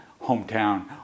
hometown